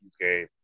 game